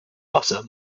butter